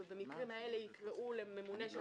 ובמקרים האלו יקראו לממונה,